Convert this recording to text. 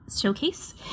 showcase